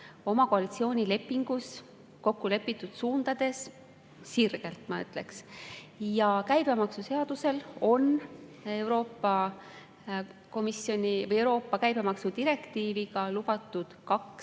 oma koalitsioonilepingus kokkulepitud suundades sirgelt, ma ütleks. Käibemaksuseaduses on Euroopa käibemaksudirektiiviga lubatud kaks